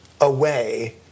away